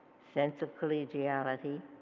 sense of collegiality,